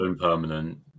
permanent